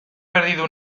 perdido